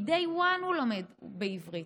מ-day one הוא לומד בעברית,